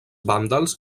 vàndals